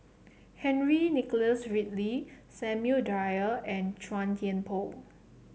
Henry Nicholas Ridley Samuel Dyer and Chua Thian Poh